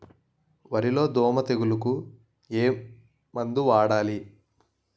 వరిలో దోమ తెగులుకు ఏమందు వాడాలి?